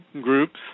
groups